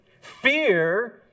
Fear